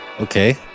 Okay